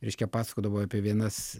reiškia pasakodavo apie vienas